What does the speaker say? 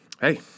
Hey